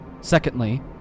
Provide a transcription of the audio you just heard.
Secondly